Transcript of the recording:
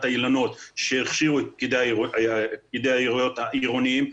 האילנות שהכשירו את פקידי היערות העירוניים.